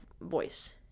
voice